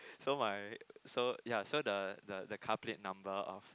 so my so ya so the the car plate number of